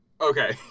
Okay